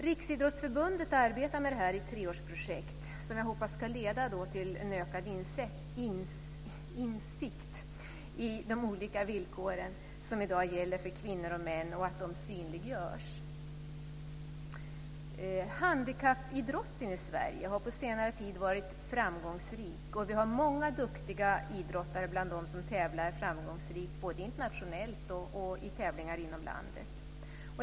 Riksidrottsförbundet arbetar med det här i ett treårsprojekt som jag hoppas ska leda till en ökad insikt om de olika villkor som i dag gäller för kvinnor och män och att de synliggörs. Handikappidrotten i Sverige har på senare tid varit framgångsrik. Vi har många duktiga idrottare bland dem som tävlar framgångsrikt både internationellt och inom landet.